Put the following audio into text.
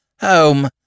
Home